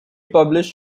published